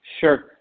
Sure